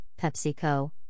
PepsiCo